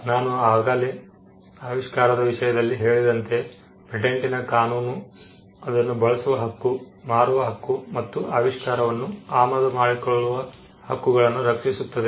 ನಾನು ಆಗಲೇ ಆವಿಷ್ಕಾರದ ವಿಷಯದಲ್ಲಿ ಹೇಳಿದಂತೆ ಪೇಟೆಂಟಿನ ಕಾನೂನು ಅದನ್ನು ಬಳಸುವ ಹಕ್ಕು ಮಾರುವ ಹಕ್ಕು ಮತ್ತು ಆವಿಷ್ಕಾರವನ್ನು ಆಮದು ಮಾಡಿಕೊಳ್ಳುವ ಹಕ್ಕುಗಳನ್ನು ರಕ್ಷಿಸುತ್ತದೆ